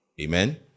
Amen